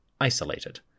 isolated